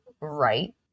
right